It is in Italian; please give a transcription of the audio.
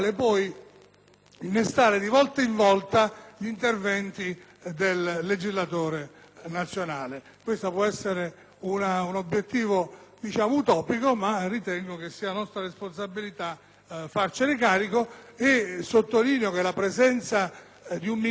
innestare di volta in volta gli interventi del legislatore nazionale. Questo può essere un obiettivo utopico, ma ritengo che sia nostra responsabilità farcene carico. Sottolineo che la presenza di un Ministro